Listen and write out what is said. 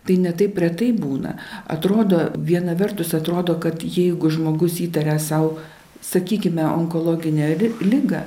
tai ne taip retai būna atrodo viena vertus atrodo kad jeigu žmogus įtaria sau sakykime onkologinę ri ligą